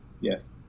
Yes